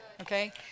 okay